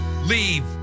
leave